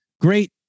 great